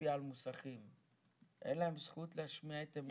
שמשפיע על מוסכים, אין להם זכות להשמיע את עמדתם?